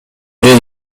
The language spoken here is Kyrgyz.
бери